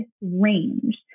range